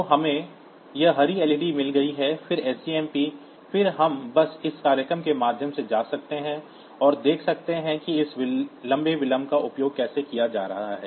तो हमें यह हरी लइडी मिल गई है फिर सजमप फिर हम बस इस प्रोग्राम के माध्यम से जा सकते हैं और देख सकते हैं कि इस लंबे विलंब का उपयोग कैसे किया जा रहा है